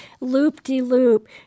loop-de-loop